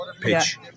pitch